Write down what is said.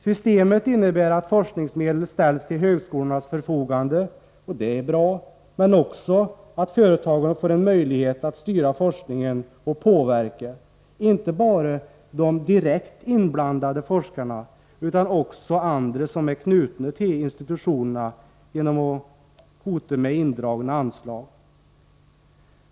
Systemet innebär att 25 forskningsmedel ställs till högskolornas förfogande — och det är bra —, men också att företagen får en möjlighet att styra forskningen och påverka inte bara de direkt inblandade forskarna, utan också andra som är knutna till institutionerna, genom att hota med indragning av anslag.